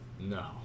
No